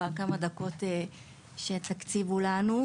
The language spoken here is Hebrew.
ולהפיכה שקורית פה בחדר לידנו,